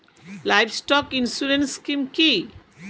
Livestock insurance scheme কি?